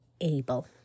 able